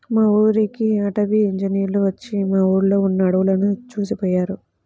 మా ఊరికి అటవీ ఇంజినీర్లు వచ్చి మా ఊర్లో ఉన్న అడువులను చూసిపొయ్యారు